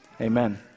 Amen